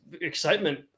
excitement